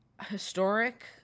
historic